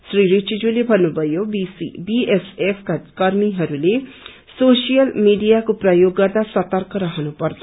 श्री रिजिजुले भन्नुभ्नयो बीएसए का कर्मीहरूले सोशियल मीडियाको प्रयोग गर्दा सर्तक रहनुपर्छ